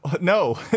no